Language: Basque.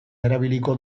erabiliko